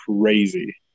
crazy